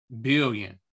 Billion